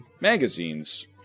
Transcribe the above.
magazines